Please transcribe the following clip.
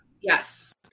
Yes